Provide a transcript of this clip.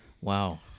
Wow